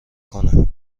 کنه